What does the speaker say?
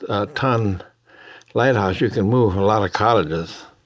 ah ton lighthouse, you can move a lot of cottages.